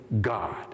God